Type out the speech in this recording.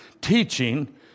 teaching